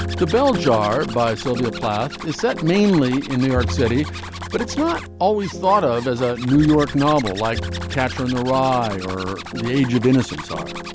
the bell jar by sylvia plath is set mainly in new york city but it's not always thought of as a new york novel like catcher in the rye or the age of innocence are.